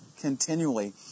continually